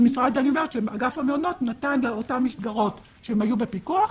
שאגף המעונות נתן לאותן מסגרות שהיו בפיקוח,